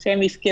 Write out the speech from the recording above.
ידעו שהם יפקעו?